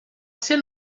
ser